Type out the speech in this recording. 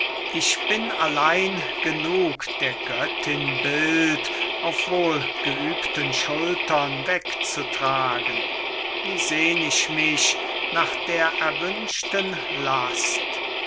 ich bin allein genug der göttin bild auf wohl geübten schultern wegzutragen wie sehn ich mich nach der erwünschten last